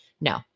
No